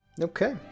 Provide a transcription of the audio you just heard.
okay